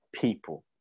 people